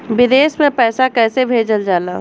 विदेश में पैसा कैसे भेजल जाला?